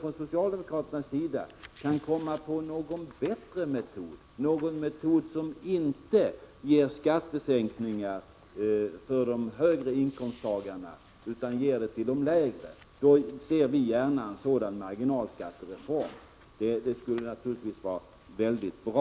Om socialdemokraterna kan komma på någon bättre metod, som inte ger skattesänkningar för de högre inkomsttagarna utan för de lägre, ser folkpartiet gärna en sådan marginalskattereform — det skulle naturligtvis vara mycket bra.